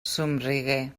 somrigué